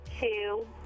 two